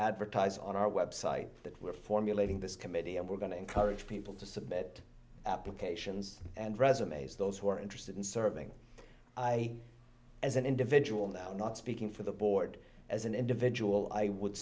advertise on our website that we're formulating this committee and we're going to encourage people to submit applications and resumes those who are interested in serving i as an individual now not speaking for the board as an individual i would